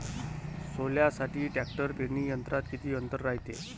सोल्यासाठी ट्रॅक्टर पेरणी यंत्रात किती अंतर रायते?